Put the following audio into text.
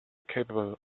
capable